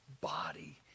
body